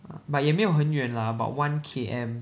ah but 也没有很远 lah about one K_M